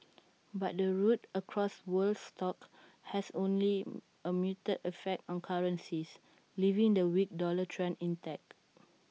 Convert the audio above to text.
but the rout across world stocks has only A muted effect on currencies leaving the weak dollar trend intact